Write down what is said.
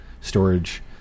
storage